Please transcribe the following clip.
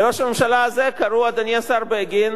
לראש הממשלה הזה קראו, אדוני השר בגין,